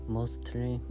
Mostly